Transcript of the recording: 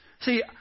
See